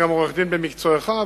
אתה גם עורך-דין במקצועך,